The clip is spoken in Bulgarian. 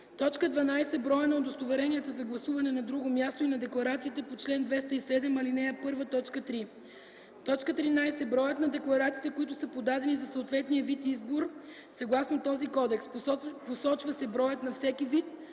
12. броят на удостоверенията за гласуване на друго място и на декларациите по чл. 207, ал. 1, т. 3; 13. броят на декларациите, които са подадени за съответния вид избор съгласно този кодекс; посочва се броят на всеки вид